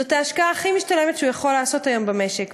זאת ההשקעה הכי משתלמת שהוא יכול לעשות היום במשק,